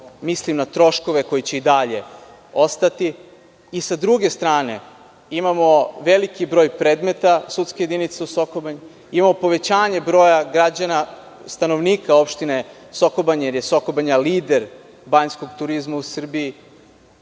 mislim na troškove koji će i dalje ostati i sa druge strane, imamo veliki broj predmeta, sudsku jedinicu u Soko Banji, imamo povećanje broja građana, stanovnika opštine Soko Banja, jer je Soko Banja lider banjskog turizma u Srbiji,